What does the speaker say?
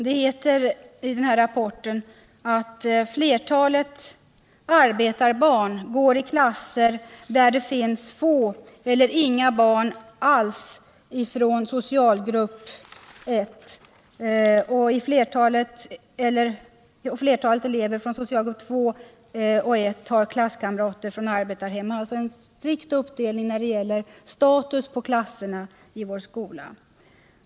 Det heter i rapporten att flertalet arbetarbarn går i klasser där det finns få eller inga alls barn från socialgrupp I och att flertalet barn från socialgrupp I och 2 har få klasskamrater från arbetarhem. Det är alltså en strikt uppdelning när det gäller status på klasserna i vår skola.